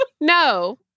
no